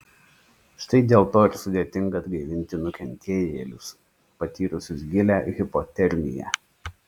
štai dėl to ir sudėtinga atgaivinti nukentėjėlius patyrusius gilią hipotermiją